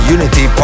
Unity